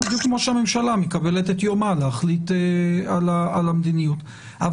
בדיוק כמו שהממשלה מקבלת את יומה להחליט על המדיניות אבל